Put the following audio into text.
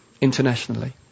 internationally